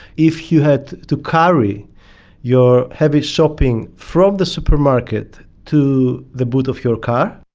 if you had to carry your heavy shopping from the supermarket to the boot of your car.